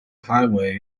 highway